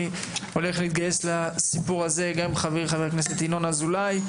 הולך להתגייס לסיפור הזה גם עם חברי חבר הכנסת ינון אזולאי.